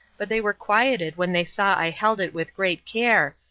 but they were quieted when they saw i held it with great care,